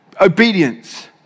obedience